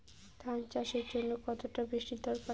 ধান চাষের জন্য কতটা বৃষ্টির দরকার?